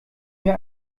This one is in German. mir